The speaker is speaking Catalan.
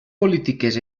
polítiques